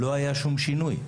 לא היה שום שינוי.